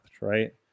right